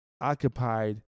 occupied